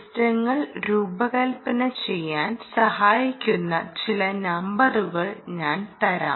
സിസ്റ്റങ്ങൾ രൂപകൽപ്പന ചെയ്യാൻ സഹായിക്കുന്ന ചില നമ്പറുകൾ ഞാൻ തരാം